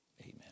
Amen